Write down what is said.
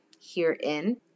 herein